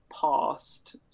past